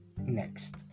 next